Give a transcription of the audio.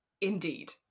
Indeed